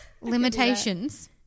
Limitations